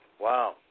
Wow